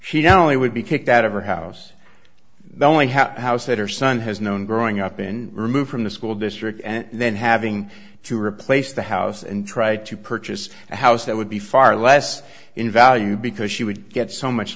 lee would be kicked out of her house the only house that her son has known growing up in removed from the school district and then having to replace the house and try to purchase a house that would be far less in value because she would get so much